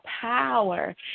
power